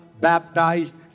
baptized